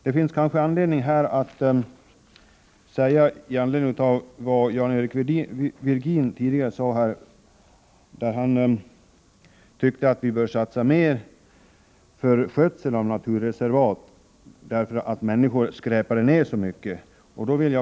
Det finns kanske anledning att här ta upp Jan-Eric Virgins synpunkter på att vi borde satsa mer på skötseln av naturreservaten därför att människor skräpar ned så mycket.